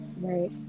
Right